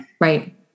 right